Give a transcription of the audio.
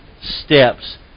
steps